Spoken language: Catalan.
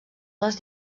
dels